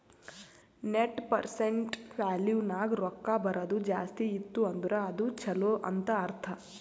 net present value ನಾಗ್ ರೊಕ್ಕಾ ಬರದು ಜಾಸ್ತಿ ಇತ್ತು ಅಂದುರ್ ಅದು ಛಲೋ ಅಂತ್ ಅರ್ಥ